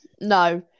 no